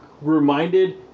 reminded